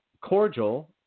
cordial